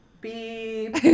Beep